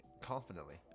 confidently